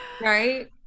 right